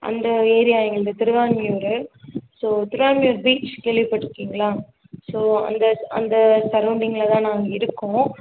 அந்த ஏரியா எங்களது Thiruvanmiyur so Thiruvanmiyur beach கேள்விப்பட்டு இருக்கீங்களா ஸோ அந்த அந்த சரௌண்டிங்கில் தான் நாங்கள் இருக்கோம்